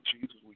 Jesus